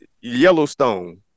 Yellowstone